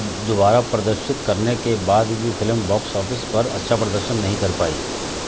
दुबारा प्रदर्शित करने के बाद भी फिलम बॉक्स ऑफिस पर अच्छा प्रदर्शन नहीं कर पाई